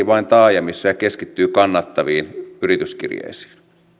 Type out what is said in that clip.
vain taajamissa ja keskittyvät kannattaviin yrityskirjeisiin